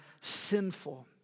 sinful